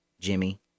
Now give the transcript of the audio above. Jimmy